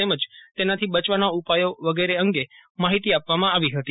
તેમજ તેનાથી બચવાના ઉપાયો વગેરે અંગે માફિતી આપવામાં આવી હતી